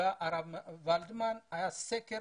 והיה הרב ולדמן, היה סקר